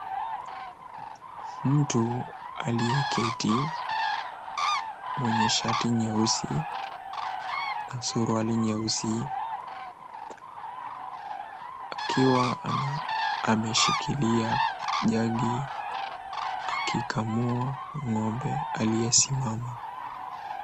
Mtu aliyeketi mwenye shati nyeusi na suruali nyeusi akiwa ameshikilia jagi akikamua ng'ombe aliyesimama.